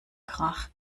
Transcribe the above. krach